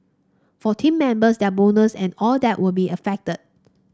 for team members their bonus and all that will be affected